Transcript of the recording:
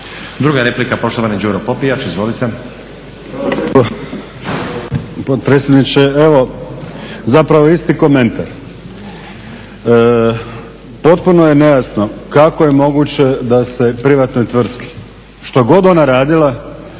Druga replika, poštovani Đuro Popijač. Izvolite.